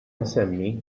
insemmi